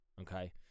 Okay